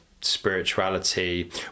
spirituality